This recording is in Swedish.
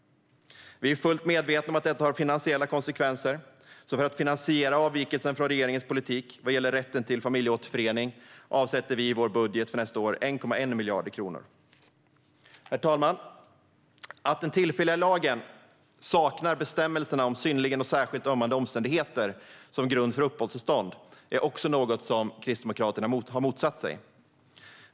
Vi är fullt medvetna om att detta har finansiella konsekvenser, så för att finansiera avvikelsen från regeringens politik vad gäller rätten till familjeåterförening avsätter vi i vår budget för nästa år 1,1 miljarder kronor. Herr talman! Att den tillfälliga lagen saknar bestämmelserna om synnerligen och särskilt ömmande omständigheter som grund för uppehållstillstånd är också något som vi i Kristdemokraterna har motsatt oss.